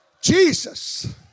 Jesus